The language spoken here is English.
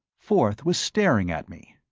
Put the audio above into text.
forth was staring at me.